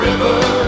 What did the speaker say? River